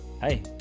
Hey